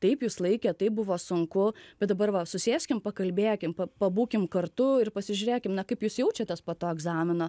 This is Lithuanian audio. taip jūs laikėt taip buvo sunku bet dabar va susėskim pakalbėkim pabūkim kartu ir pasižiūrėkimna kaip jūs jaučiatės po to egzamino